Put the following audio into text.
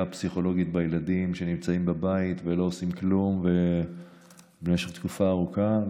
הפסיכולוגית בילדים שנמצאים בבית ולא עושים כלום במשך תקופה ארוכה.